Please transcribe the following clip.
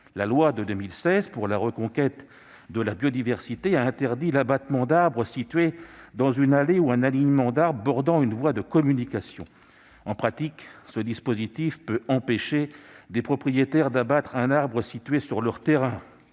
La loi de 2016 pour la reconquête de la biodiversité a interdit d'abattre des arbres situés dans une allée ou un alignement d'arbres bordant une voie de communication. En pratique, ce dispositif peut empêcher des propriétaires d'abattre un arbre situé sur leur terrain.